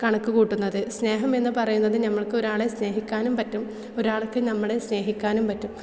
കണക്കു കൂട്ടുന്നത് സ്നേഹം എന്ന് പറയുന്നത് നമ്മൾക്ക് ഒരാളെ സ്നേഹിക്കാനും പറ്റും ഒരാൾക്ക് നമ്മളെ സ്നേഹിക്കാനും പറ്റും